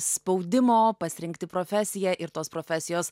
spaudimo pasirinkti profesiją ir tos profesijos